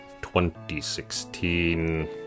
2016